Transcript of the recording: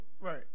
Right